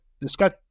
discuss